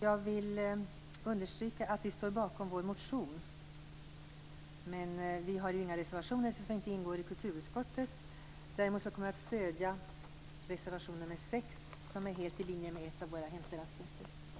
Jag vill understryka att vi står bakom vår motion, men vi har inga reservationer, eftersom Kristdemokraterna inte är representerade i konstitutionsutskottet. Däremot kommer vi att stödja reservation nr 6, som är helt i linje med en av våra hemställanspunkter.